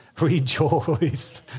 Rejoice